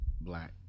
black